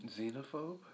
Xenophobe